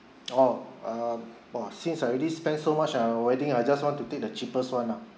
oh uh oh since I already spend so much on the wedding I just want to take the cheapest [one] lah